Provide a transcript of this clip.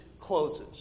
closes